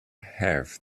have